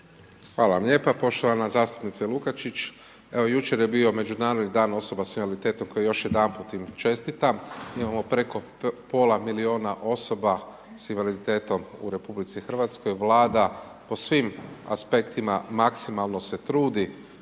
Hvala vam lijepa poštovana zastupnica Lukačić, evo jučer je bio međunarodni dan osoba s invaliditetom, koji još jedanput im čestitam, imamo preko pola milijuna osoba s invaliditetom u RH, Vlada po svim aspektima, maksimalno se trudi